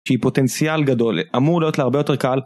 שהיא פוטנציאל גדול, אמור להיות לה הרבה יותר קל